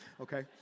okay